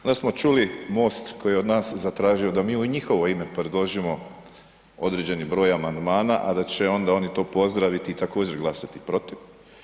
Onda smo čuli MOST koji je od nas zatražio da mi u njihovo ime predložimo određeni broj amandmana, a da će onda oni to pozdraviti i također glasati protiv.